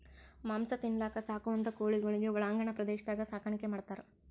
ಮಾಂಸ ತಿನಲಕ್ಕ್ ಸಾಕುವಂಥಾ ಕೋಳಿಗೊಳಿಗ್ ಒಳಾಂಗಣ ಪ್ರದೇಶದಾಗ್ ಸಾಕಾಣಿಕೆ ಮಾಡ್ತಾರ್